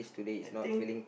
I think